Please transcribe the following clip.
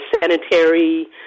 sanitary